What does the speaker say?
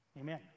Amen